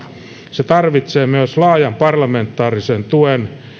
se tarvitsee myös laajan parlamentaarisen tuen